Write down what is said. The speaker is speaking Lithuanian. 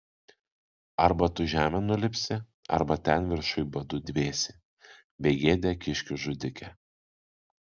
arba tu žemėn nulipsi arba ten viršuj badu dvėsi begėde kiškių žudike